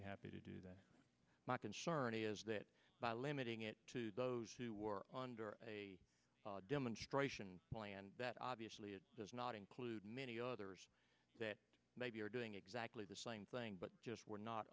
happy to do that my concern is that by limiting it to those who were on a demonstration and that obviously it does not include many others that maybe are doing exactly the same thing but just were not